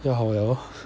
要好 liao lor